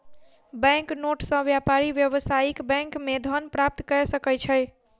bank note सॅ व्यापारी व्यावसायिक बैंक मे धन प्राप्त कय सकै छै